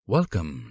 Welcome